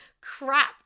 crap